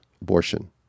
abortion